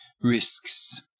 risks